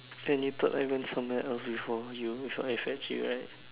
then you thought I went somewhere else before you before I fetch you right